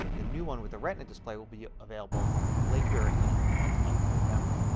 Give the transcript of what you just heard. the new one with the retina display, will be available later in the month of november.